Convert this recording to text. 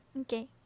Okay